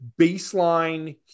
baseline